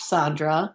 Sandra